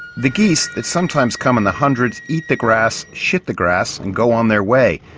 the geese that sometimes come in the hundreds eat the grass, shit the grass and go on their way.